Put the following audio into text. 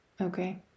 okay